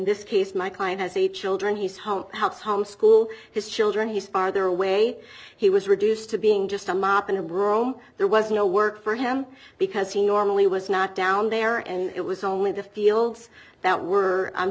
this case my client has a children he's home house home school his children he's farther away he was reduced to being just a mop and a broom there was no work for him because he normally was not down there and it was only the fields that were